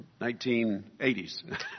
1980s